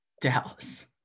Dallas